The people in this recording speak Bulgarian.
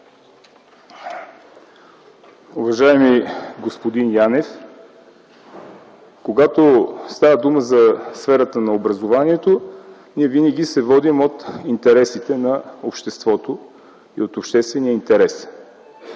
Уважаеми господин Янев, когато става дума за сферата на образованието, ние винаги се водим от интересите на обществото и от обществения интерес.